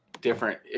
different